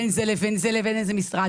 בין זה לבין זה לבין איזה משרד,